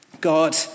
God